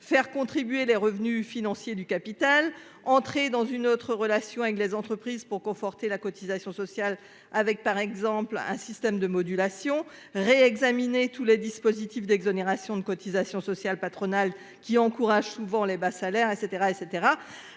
faire contribuer les revenus financiers du capital entré dans une autre relation avec les entreprises pour conforter la cotisation sociale avec par exemple un système de modulation réexaminer tous les dispositifs d'exonération de cotisations sociales patronales qui encouragent souvent les bas salaires et